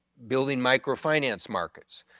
building micro finance markets,